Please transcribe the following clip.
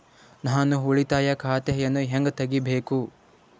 ನಾನು ಉಳಿತಾಯ ಖಾತೆಯನ್ನು ಹೆಂಗ್ ತಗಿಬೇಕು?